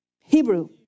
Hebrew